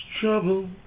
trouble